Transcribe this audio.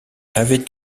avait